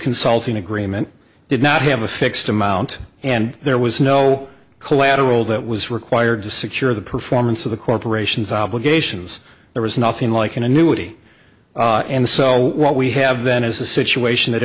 consulting agreement did not have a fixed amount and there was no collateral that was required to secure the performance of the corporation's obligations there was nothing like an annuity and so what we have then is a situation that